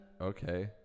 Okay